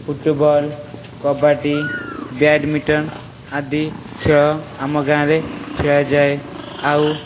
football kabaddi badminton ଆଦି ଖେଳ ଆମ ଗାଁରେ ଖଳାଯାଏ ଆଉ